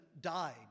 died